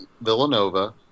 Villanova